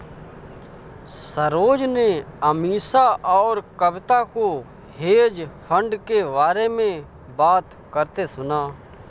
सरोज ने अमीषा और कविता को हेज फंड के बारे में बात करते सुना